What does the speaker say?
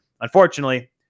Unfortunately